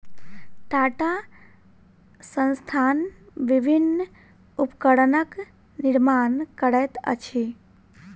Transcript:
टाटा संस्थान विभिन्न उपकरणक निर्माण करैत अछि